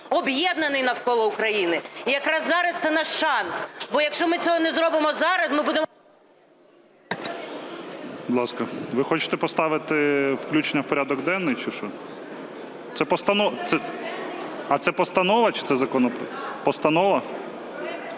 об'єднаний навколо України, і якраз зараз це наш шанс, бо якщо ми цього не зробимо зараз, ми будемо… ГОЛОВУЮЧИЙ. Будь ласка. Ви хочете поставити включення в порядок денний чи що? А це постанова чи це законопроект? Постанова?